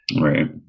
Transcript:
Right